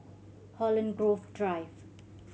Holland Grove Drive